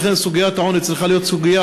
לכן סוגיית העוני צריכה להיות סוגיה